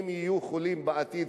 הם יהיו חולים בעתיד,